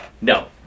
No